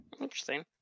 interesting